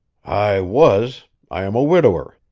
i was i am a widower.